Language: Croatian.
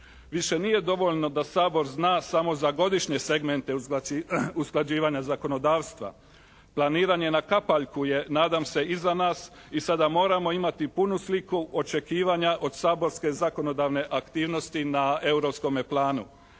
Više nije dovoljno da Sabor zna samo za godišnje segmente usklađivanja zakonodavstva. Planiranje na kapaljku je nadam se iza nas i sada moramo imati punu sliku očekivanja od saborske zakonodavne aktivnosti na europskome planu.